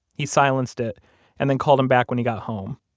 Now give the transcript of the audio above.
he silenced it and then called him back when he got home.